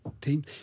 team